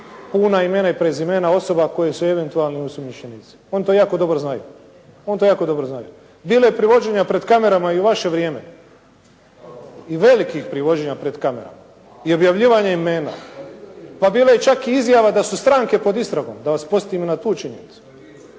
puna imena i prezimena osoba koje su eventualni osumnjičenici. Oni to jako dobro znaju. Bilo je privođenja pred kamerama i u vaše vrijeme i velikih privođenja pred kamerama i objavljivanja imena, pa bilo je čak i izjava da su stranke pod istragom, da vas podsjetim na tu činjenicu.